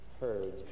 heard